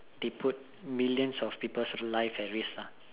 they put millions of people's life at risk lah